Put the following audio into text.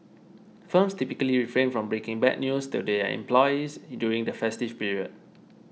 firms typically refrain from breaking bad news to their employees during the festive period